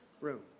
room